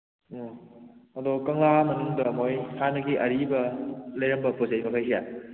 ꯑꯣ ꯑꯗꯣ ꯀꯪꯂꯥ ꯃꯅꯨꯡꯗ ꯃꯣꯏ ꯍꯥꯟꯅꯒꯤ ꯑꯔꯤꯕ ꯂꯩꯔꯝꯕ ꯄꯣꯠ ꯆꯩ ꯃꯈꯩꯁꯦ